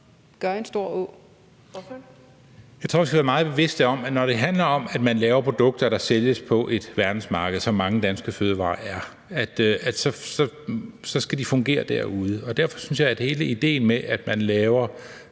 Fuglede (V): Jeg tror, vi skal være meget bevidste om, at når det handler om, at man laver produkter, der sælges på et verdensmarked, som det gælder for mange danske fødevarer, så skal de fungere derude. Derfor synes jeg, at hele idéen med, at man laver